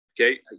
okay